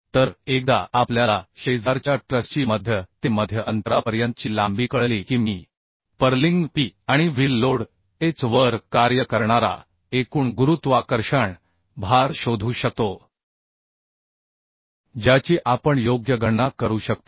तर एकदा आपल्याला शेजारच्या ट्रसची मध्य ते मध्य अंतरापर्यंतची लांबी कळली की मी पर्लिंग P आणि व्हील लोड h वर कार्य करणारा एकूण गुरुत्वाकर्षण भार शोधू शकतो ज्याची आपण योग्य गणना करू शकतो